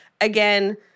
again